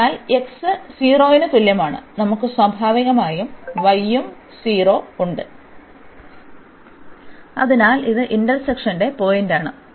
അതിനാൽ x 0 ന് തുല്യമാണ് നമുക്ക് സ്വാഭാവികമായും y ഉം 0 ഉണ്ട് അതിനാൽ ഇത് ഇന്റർസെക്ഷന്റെ പോയിന്റാണ്